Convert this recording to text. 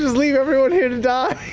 leave everyone here to die.